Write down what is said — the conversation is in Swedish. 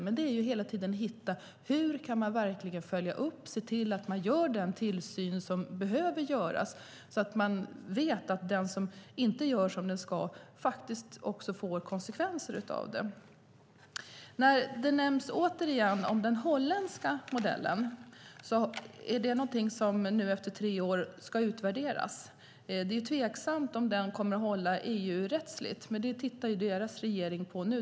Hela tiden gäller det att se hur man kan följa upp och se till att den tillsyn görs som behöver göras så att man vet att tillsyn som inte görs som den ska göras får konsekvenser. Återigen nämns den holländska modellen. Nu, efter tre år, ska den utvärderas. Det är tveksamt om den kommer att hålla EU-rättsligt, men det tittar den holländska regeringen nu på.